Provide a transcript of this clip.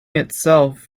itself